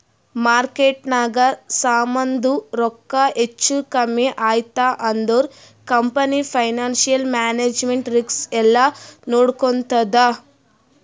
ಮಾರ್ಕೆಟ್ನಾಗ್ ಸಮಾಂದು ರೊಕ್ಕಾ ಹೆಚ್ಚಾ ಕಮ್ಮಿ ಐಯ್ತ ಅಂದುರ್ ಕಂಪನಿ ಫೈನಾನ್ಸಿಯಲ್ ಮ್ಯಾನೇಜ್ಮೆಂಟ್ ರಿಸ್ಕ್ ಎಲ್ಲಾ ನೋಡ್ಕೋತ್ತುದ್